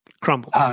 crumbled